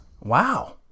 Wow